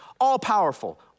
all-powerful